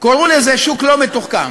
קראו לזה שוק לא מתוחכם.